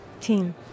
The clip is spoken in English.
Team